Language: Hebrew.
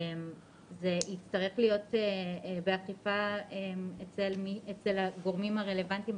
זה יצטרך להיות באכיפה אצל הגורמים הרלוונטיים,